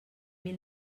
mil